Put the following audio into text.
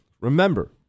Remember